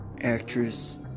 actress